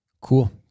Cool